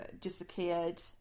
disappeared